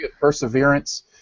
perseverance